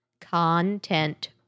content